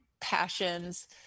passions